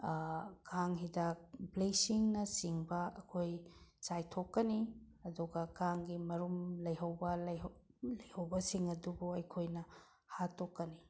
ꯀꯥꯡ ꯍꯤꯗꯥꯛ ꯕ꯭ꯂꯦꯆꯤꯡꯅꯆꯤꯡꯕ ꯑꯩꯈꯣꯏ ꯆꯥꯏꯊꯣꯛꯀꯅꯤ ꯑꯗꯨꯒ ꯀꯥꯡꯒꯤ ꯃꯔꯨꯝ ꯂꯩꯍꯧꯕ ꯂꯩꯍꯧꯕꯁꯤꯡ ꯑꯗꯨꯕꯨ ꯑꯩꯈꯣꯏꯅ ꯍꯥꯠꯇꯣꯛꯀꯅꯤ